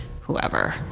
whoever